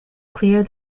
clear